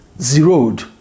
zeroed